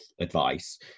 advice